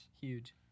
Huge